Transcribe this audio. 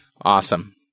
awesome